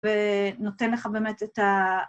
ונותן לך באמת את ה...